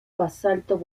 basalto